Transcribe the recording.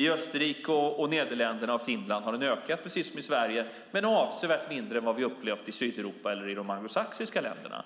I Österrike, Nederländerna och Finland har den ökat, precis som i Sverige, men avsevärt mindre än i Sydeuropa och de anglosaxiska länderna.